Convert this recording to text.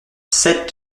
sept